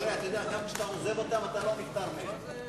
הרי גם כשאתה עוזב אותם אתה לא נפטר מהם,